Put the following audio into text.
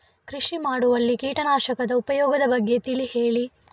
ಕೃಷಿ ಮಾಡುವಲ್ಲಿ ಕೀಟನಾಶಕದ ಉಪಯೋಗದ ಬಗ್ಗೆ ತಿಳಿ ಹೇಳಿ